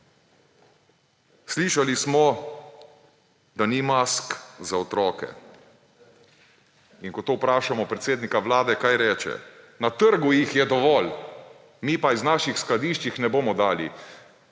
Slišali smo, da ni mask za otroke. In ko to vprašamo predsednika Vlade, kaj reče? Na trgu jih je dovolj, mi pa jih iz naših skladišč ne bomo dali.